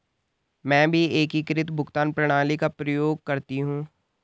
मैं भी एकीकृत भुगतान प्रणाली का प्रयोग करती हूं